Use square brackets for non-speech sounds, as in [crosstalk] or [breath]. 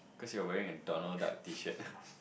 because you're wearing a Donald-Duck tee shirt [breath]